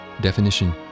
Definition